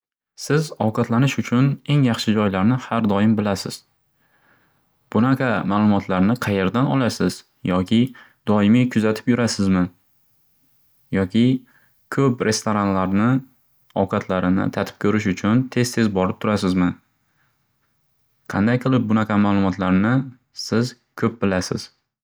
Siz ovqatlanish uchun eng yaxshi joylarni har doim bilasiz. Bunaqa ma'lumotlarni qayerdan olasiz? Yoki doimiy kuzatb yurasizmi? Yoki ko'p restoranlarni ovqatlarini tatib ko'rish uchun tez-tez borb turasizmi? Qanday qilib bunaqa ma'lumotlarni siz ko'p bilasiz?